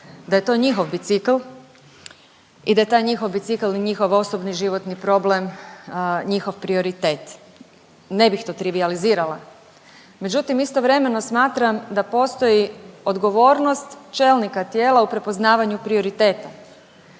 da je to njihov bicikl i da taj njihov bicikl i njihov osobni životni problem njihov prioritet. Ne bih to trivijalizirala. Međutim, istovremeno smatram da postoji odgovornost čelnika tijela u prepoznavanju prioriteta.